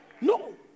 No